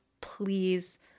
please